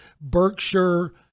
Berkshire